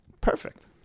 Perfect